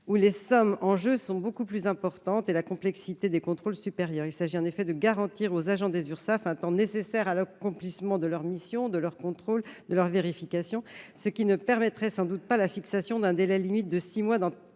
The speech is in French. où les sommes en jeu sont beaucoup plus importantes et la complexité des contrôles supérieure. Il s'agit en effet de garantir aux agents des Urssaf, un temps nécessaire à l'accomplissement de leur mission, de leurs contrôles et de leurs vérifications, ce que ne permettrait sans doute pas la fixation d'un délai limite de six mois